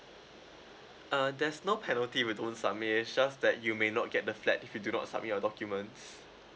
uh there's no penalty if you don't submit it's just that you may not get the flat if you do not submit your documents